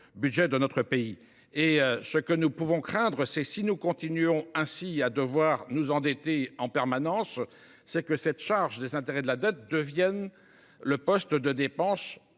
budget de notre pays. Ce que nous pouvons craindre, si nous continuons à devoir nous endetter ainsi en permanence, c’est que cette charge des intérêts de la dette ne devienne le poste de dépenses